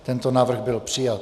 Tento návrh byl přijat.